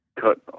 cut